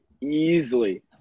easily